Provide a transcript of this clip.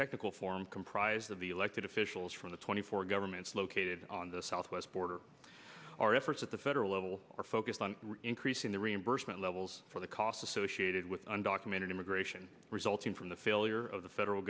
technical form comprised of the elected officials from the twenty four governments located on the southwest border our efforts at the federal level are focused on increasing the reimbursement levels for the costs associated with undocumented immigration resulting from the failure of the federal